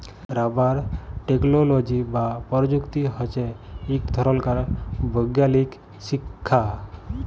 rubber technology বা পরযুক্তি হছে ইকট ধরলকার বৈগ্যালিক শিখ্খা